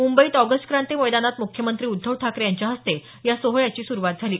मुंबईत ऑगस्ट क्रांती मैदानात मुख्यमंत्री उद्धव ठाकरे यांच्या हस्ते या सोहळ्याची सुरुवात झाली